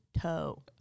toe